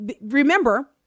remember